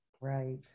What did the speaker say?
right